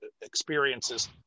experiences